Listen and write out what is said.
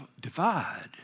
divide